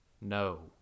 no